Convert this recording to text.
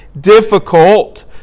difficult